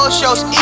shows